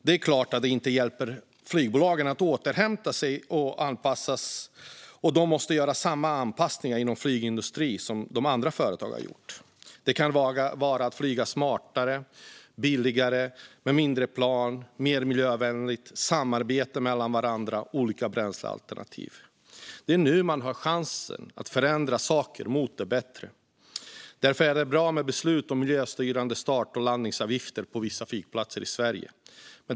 Det är dock klart att detta inte hjälper flygbolagen att återhämta sig och att det måste göras samma anpassningar inom flygindustrin som andra företag har gjort. Det kan handla om att flyga smartare, billigare, med mindre plan och mer miljövänligt. Det kan också handla om samarbete mellan bolag och om olika bränslealternativ. Det är nu man har chansen att förändra saker till det bättre. Därför är det bra med beslut om miljöstyrande start och landningsavgifter på vissa flygplatser i Sverige.